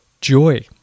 joy